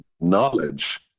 knowledge